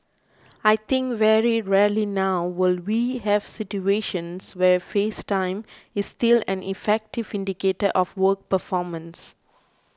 I think very rarely now will we have situations where face time is still an effective indicator of work performance